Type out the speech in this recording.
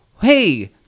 hey